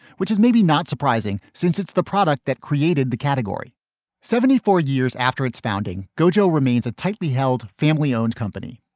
which is maybe not surprising since it's the product that created the category seventy four years after its founding. gojo remains a tightly held family owned company.